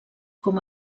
com